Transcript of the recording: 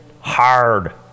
hard